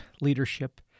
leadership